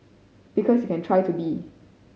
because you can try to be